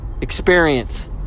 Experience